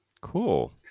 Cool